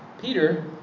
peter